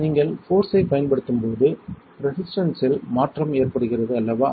நீங்கள் போர்ஸ் ஐ பயன்படுத்தும்போது ரெசிஸ்டன்ஸ்ஸில் மாற்றம் ஏற்படுகிறது அல்லவா